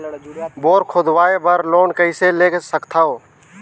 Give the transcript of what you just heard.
Bore खोदवाय बर loan कइसे ले सकथव?